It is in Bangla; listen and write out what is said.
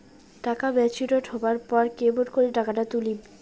টাকা ম্যাচিওরড হবার পর কেমন করি টাকাটা তুলিম?